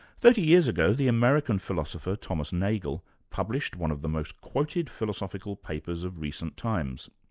thirty years ago the american philosopher thomas nagel published one of the most quoted philosophical papers of recent times.